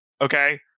okay